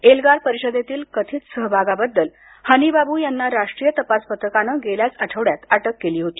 एल्गार परिषदेतील कथित सहभागाबद्दल हनी बाबू यांना राष्ट्रीय तपास पथकानं गेल्याच आठवड्यात अटक केली होती